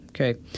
okay